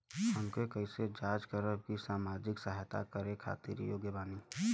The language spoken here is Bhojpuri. हम कइसे जांच करब की सामाजिक सहायता करे खातिर योग्य बानी?